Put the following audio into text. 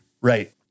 right